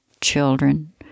children